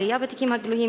עלייה בתיקים הגלויים,